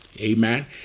Amen